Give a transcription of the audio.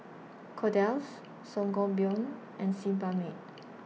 Kordel's Sangobion and Sebamed